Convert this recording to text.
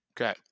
okay